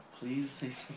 Please